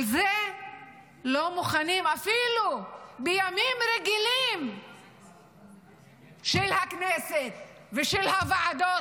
על זה לא מוכנים אפילו בימים רגילים של הכנסת ושל הוועדות